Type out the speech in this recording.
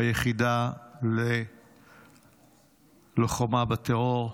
ביחידה ללוחמה בטרור.